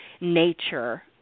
nature